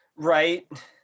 Right